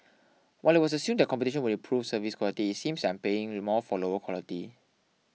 while it was assumed that competition would improve service quality it seems that I'm paying more for lower quality